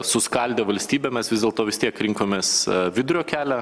suskaldė valstybę mes vis dėlto vis tiek rinkomės vidurio kelią